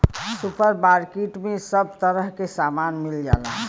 super market में सब तरह के सामान मिल जाला